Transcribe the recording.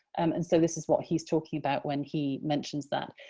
and so this is what he's talking about when he mentions that.